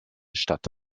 statt